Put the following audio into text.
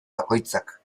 bakoitzak